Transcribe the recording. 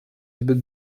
zbyt